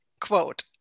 Quote